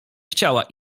chciała